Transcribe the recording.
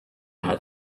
had